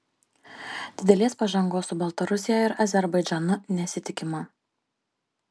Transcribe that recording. didelės pažangos su baltarusija ir azerbaidžanu nesitikima